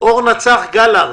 אורנה צח גלרט,